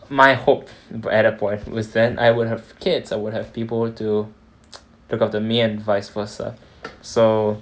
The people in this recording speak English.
my hope at that point is then I would have kids I would have people to look after me and vice versa so